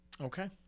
okay